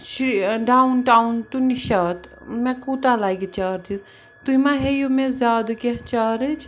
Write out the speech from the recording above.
down town to Nishat مےٚ کوٗتاہ لَگہِ چارجٕز تُہۍ ما ہیٚیِو مےٚ زیادٕ کیٚنٛہہ چارٕج